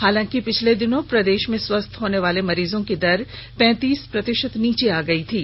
हालांकि पिछले दिनों प्रदेश में स्वस्थ होनेवाले मरीजों की दर पैंतीस प्रतिशत नीचे आज गयी थी